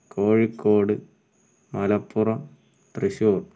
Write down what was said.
Kozhikode Malappuram Thrissur